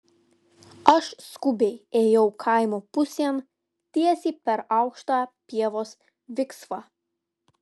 aš skubiai ėjau kaimo pusėn tiesiai per aukštą pievos viksvą